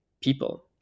people